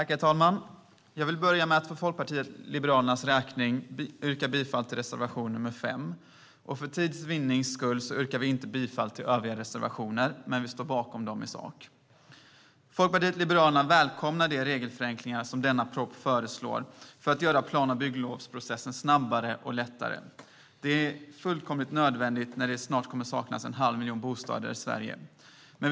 Herr talman! Jag börjar med att för Folkpartiet liberalernas räkning yrka bifall till reservation nr 5. För tids vinnande yrkar jag inte bifall till övriga reservationer, men vi står bakom dem i sak. Folkpartiet liberalerna välkomnar de regelförenklingar som denna proposition föreslår för att göra plan och bygglovsprocessen snabbare och lättare. Det är helt nödvändigt när det snart kommer att saknas en halv miljon bostäder i Sverige.